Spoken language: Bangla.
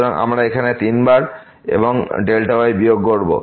সুতরাং আমরা এখানে 3 বার এবং y বিয়োগ করব